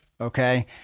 Okay